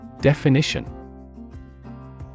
Definition